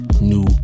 new